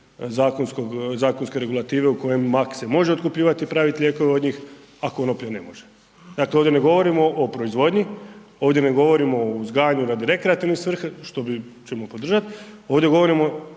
zakonske regulative u kojoj mak se može otkupljivati i praviti lijekove od njih, a konoplje ne može. Dakle, ovdje ne govorimo o proizvodnji, ovdje ne govorimo o uzgajanju radi rekreativne svrhe, što ćemo podržat, ovdje govorimo